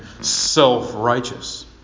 self-righteous